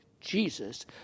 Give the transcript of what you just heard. Jesus